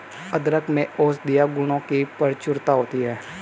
अदरक में औषधीय गुणों की प्रचुरता होती है